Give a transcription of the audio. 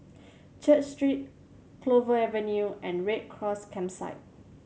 Church Street Clover Avenue and Red Cross Campsite